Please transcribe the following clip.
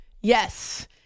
Yes